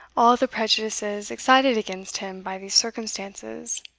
all the prejudices excited against him by these circumstances,